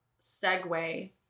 segue